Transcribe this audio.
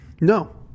No